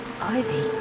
Ivy